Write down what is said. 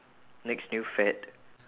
next new fad